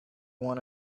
one